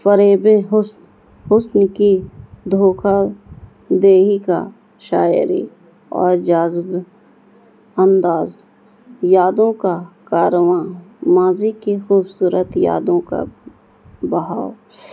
فریب حسن حسن کی دھوکا دہی کا شاعری اور جاذب انداز یادوں کا کارواں ماضی کی خوبصورت یادوں کا بہاؤ